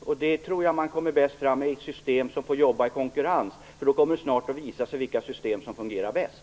Där tror jag att man bäst kommer fram med ett system som får jobba i konkurrens, för då kommer det snart att visa sig vilka system som fungerar bäst.